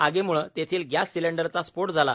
आगीम्ळे तेथील गॅस सिलिंडरचा स्फोट झाला